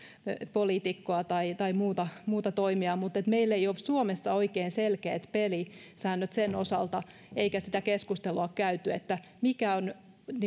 poliitikkoa tai tai muuta muuta toimijaa mutta meillä ei ole suomessa oikein selkeät pelisäännöt sen osalta eikä sitä keskustelua käyty että mikä on